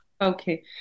Okay